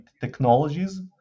technologies